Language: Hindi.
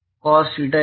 कोस थीटा जे